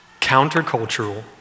countercultural